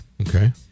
Okay